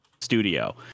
studio